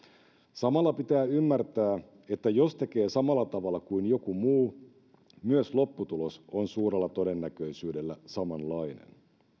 samalla pitää ymmärtää että jos tekee samalla tavalla kuin joku muu myös lopputulos on suurella todennäköisyydellä samanlainen